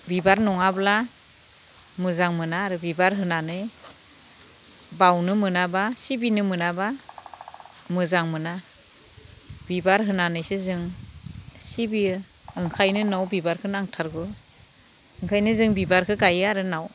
बिबार नङाब्ला मोजां मोना आरो बिबार होनानै बाउनो मोनाबा सिबिनो मोनाबा मोजां मोना बिबार होनानैसो जों सिबियो ओंखायनो न'आव बिबारखौ नांथारगौ ओंखायनो जों बिबारखो गायो आरो न'आव